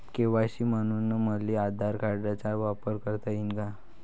KYC म्हनून मले आधार कार्डाचा वापर करता येईन का?